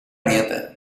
diete